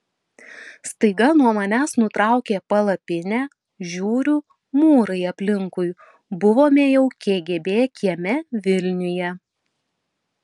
staiga nuo manęs nutraukė palapinę žiūriu mūrai aplinkui buvome jau kgb kieme vilniuje